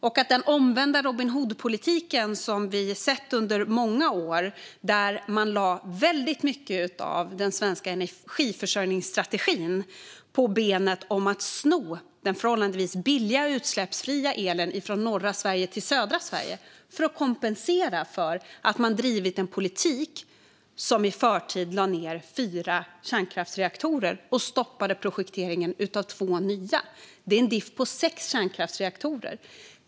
Vi har under många år sett den omvända Robin Hood-politiken, där man lade väldigt mycket av den svenska energiförsörjningsstrategin på benet som handlade om att sno den förhållandevis billiga utsläppsfria elen från norra Sverige och ge den till södra Sverige - detta för att kompensera för att man drivit en politik som gjorde att man i förtid lade ned fyra kärnkraftsreaktorer och stoppade projekteringen av två nya. Det är en diff på sex kärnkraftsreaktorer.